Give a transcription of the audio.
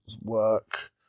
work